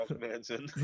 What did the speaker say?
Manson